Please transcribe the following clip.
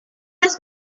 was